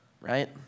right